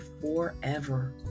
forever